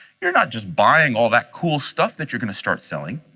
you're not just buying all that cool stuff that you're going to start selling